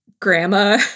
grandma